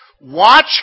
Watch